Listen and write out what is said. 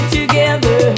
together